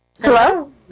Hello